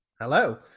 Hello